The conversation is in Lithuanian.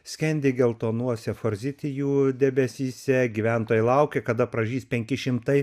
skendi geltonuose forzitijų debesyse gyventojai laukia kada pražys penki šimtai